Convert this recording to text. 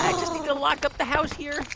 yeah just need to lock up the house here.